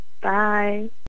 Bye